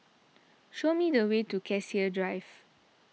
show me the way to Cassia Drive